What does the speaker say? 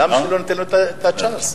למה שלא ניתן לו את הצ'אנס?